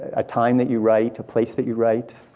a time that you write? a place that you write?